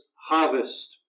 harvest